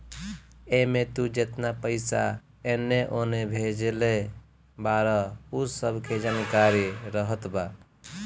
एमे तू जेतना पईसा एने ओने भेजले बारअ उ सब के जानकारी रहत बा